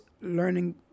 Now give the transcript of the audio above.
learning